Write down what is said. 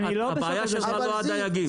הבעיה שלך היא לא הדייגים.